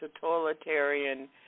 Totalitarian